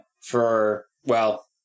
for—well